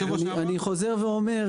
חוזר ואומר,